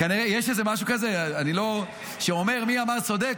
יש משהו כזה שאומר, מי אמר, צודק?